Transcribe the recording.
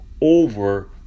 over